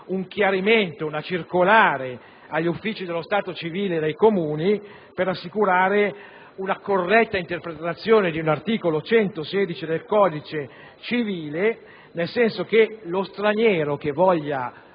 le prefetture, una circolare agli uffici dello stato civile dei Comuni per assicurare una corretta interpretazione dell'articolo 116 del codice civile, nel senso che lo straniero che voglia